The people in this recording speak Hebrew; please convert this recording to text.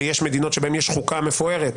יש מדינות שבהן יש חוקה מפוארת,